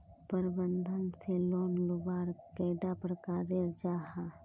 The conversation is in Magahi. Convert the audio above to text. प्रबंधन से लोन लुबार कैडा प्रकारेर जाहा?